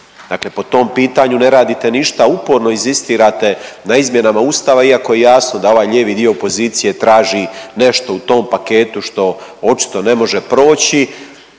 Dakle, po tom pitanju ne radite ništa, a uporno inzistirate na izmjenama Ustava iako je jasno da ovaj lijevi dio opozicije traži nešto u tom paketu što očito ne može proći.